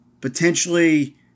Potentially